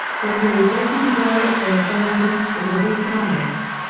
formerly a deputy director of the london school of economics.